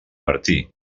martí